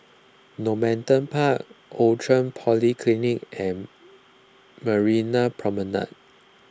Normanton Park Outram Polyclinic and Marina Promenade